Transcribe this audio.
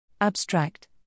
Abstract